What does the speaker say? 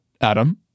Adam